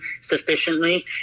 sufficiently